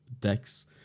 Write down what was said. decks